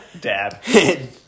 Dad